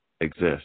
exist